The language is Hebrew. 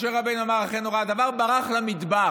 משה רבנו אמר: "אכן נודע הדבר", וברח למדבר.